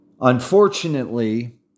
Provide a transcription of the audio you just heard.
Unfortunately